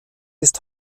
ist